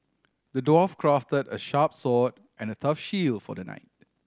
the dwarf crafted a sharp sword and a tough shield for the knight